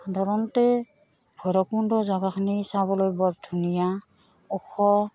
সাধাৰণতে ভৈৰৱকুণ্ড জেগাখিনি চাবলৈ বৰ ধুনীয়া ওখ